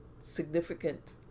significant